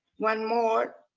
one more,